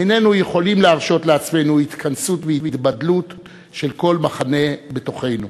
איננו יכולים להרשות לעצמנו התכנסות והתבדלות של כל מחנה בתוכנו.